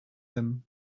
him